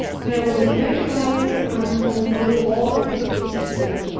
there was a very pious man who knew all her history,